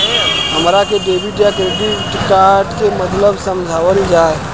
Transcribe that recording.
हमरा के डेबिट या क्रेडिट कार्ड के मतलब समझावल जाय?